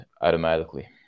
automatically